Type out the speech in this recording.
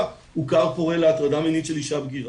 והוא כר פורה להטרדה מינית של אישה בגירה.